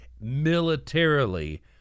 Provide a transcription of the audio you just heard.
militarily